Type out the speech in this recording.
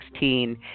2016